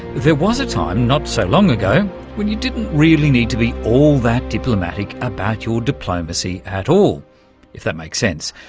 there was a time not so long ago when you didn't really need to be all that diplomatic about your diplomacy at all. if that makes sense.